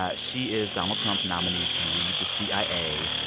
ah she is donald trump's nominee to lead the cia.